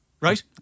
right